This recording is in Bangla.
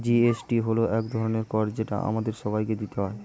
জি.এস.টি হল এক ধরনের কর যেটা আমাদের সবাইকে দিতে হয়